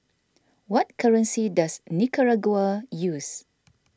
what currency does Nicaragua use